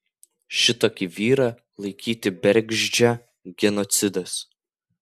šitokį vyrą laikyti bergždžią genocidas